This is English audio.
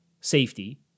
safety